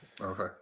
Okay